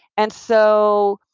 and so,